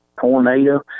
tornado